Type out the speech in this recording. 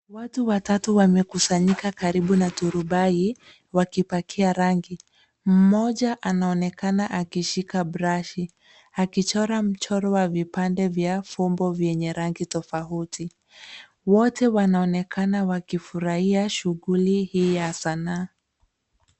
Watu watatu wamekusanyika karibu na turubai wakipakia rangi. Mmoja anaonekana akishika brashi akichora mchoro wa vipande vyenye fumbo rangi tofauti. Wote wanaonekana wakifurahia shughuli hii ya sanaa.